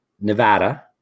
Nevada